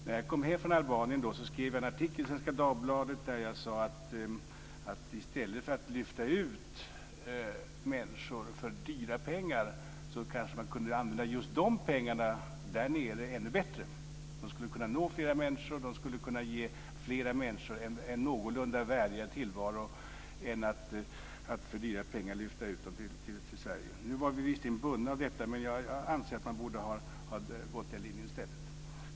När jag kom hem från Albanien skrev jag en artikel i Svenska Dagbladet där jag sade att man i stället för att lyfta ut människor för dyra pengar kanske kunde använda just de pengarna ännu bättre där nere. De skulle kunna nå flera människor och de skulle kunna ge flera människor en någorlunda värdig tillvaro. Det hade varit bättre än att för dyra pengar lyfta ut människor till Sverige. Nu var vi visserligen bundna av detta, men jag anser att man borde ha följt den andra linjen i stället.